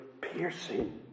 piercing